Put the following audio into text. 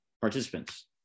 participants